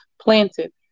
planted